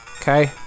Okay